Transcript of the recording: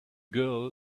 girl